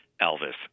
Elvis